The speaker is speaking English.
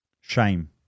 shame